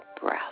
breath